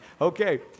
Okay